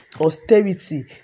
austerity